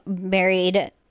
married